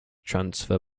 transfer